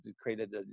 created